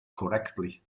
correctly